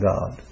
God